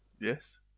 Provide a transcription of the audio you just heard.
Yes